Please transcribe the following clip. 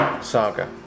saga